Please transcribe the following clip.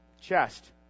chest